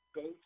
go